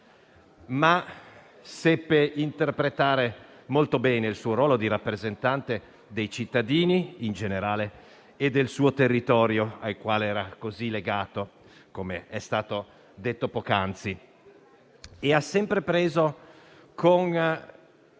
ma seppe interpretare molto bene il suo ruolo di rappresentante dei cittadini in generale e del suo territorio, al quale era così legato, come è stato detto poc'anzi. Ha sempre preso con